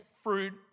fruit